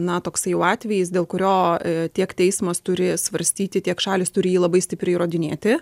na toksai jau atvejis dėl kurio tiek teismas turi svarstyti tiek šalys turi jį labai stipriai įrodinėti